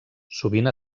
sovint